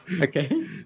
Okay